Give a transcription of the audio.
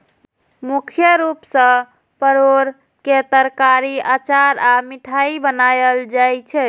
मुख्य रूप सं परोर के तरकारी, अचार आ मिठाइ बनायल जाइ छै